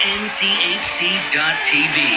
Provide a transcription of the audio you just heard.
nchc.tv